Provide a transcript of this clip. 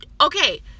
okay